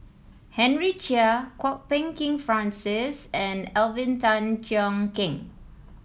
Henry Chia Kwok Peng Kin Francis and Alvin Tan Cheong Kheng